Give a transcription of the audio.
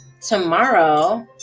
tomorrow